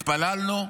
התפללנו,